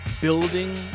building